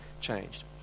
changed